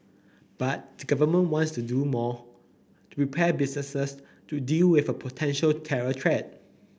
but the Government wants to do more to prepare businesses to deal with a potential terror threat